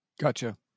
Gotcha